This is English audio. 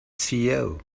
ceo